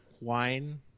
wine